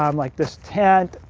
um like this tent,